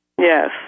Yes